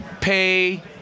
pay